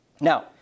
Now